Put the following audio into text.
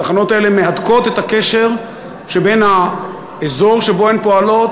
התחנות האלה מהדקות את הקשר שבין האזור שבו הן פועלות,